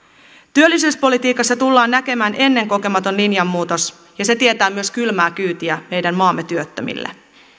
työllisyyspolitiikassa tullaan näkemään ennenkokematon linjanmuutos ja se tietää myös kylmää kyytiä meidän maamme työttömille